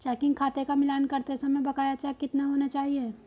Checking खाते का मिलान करते समय बकाया चेक कितने होने चाहिए?